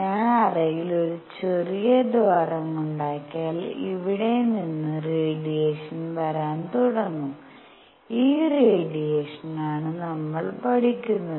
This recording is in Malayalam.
ഞാൻ അറയിൽ ഒരു ചെറിയ ദ്വാരം ഉണ്ടാക്കിയാൽ ഇവിടെ നിന്ന് റേഡിയേഷൻ വരാൻ തുടങ്ങും ഈ റേഡിയേഷനാണ് നമ്മൾ പഠിക്കുന്നത്